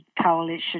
coalition